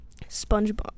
Spongebob